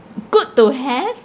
good to have